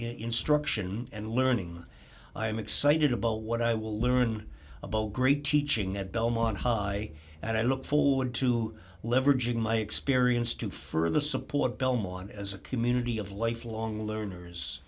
instruction and learning i am excited about what i will learn about great teaching at belmont high and i look forward to leveraging my experience to further support belmont as a community of lifelong learners